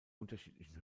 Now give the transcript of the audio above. unterschiedlichen